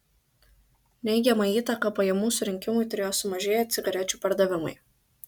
neigiamą įtaką pajamų surinkimui turėjo sumažėję cigarečių pardavimai